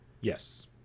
Yes